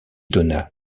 donna